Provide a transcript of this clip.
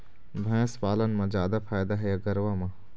भैंस पालन म जादा फायदा हे या गरवा म?